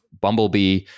bumblebee